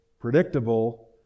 predictable